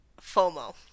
FOMO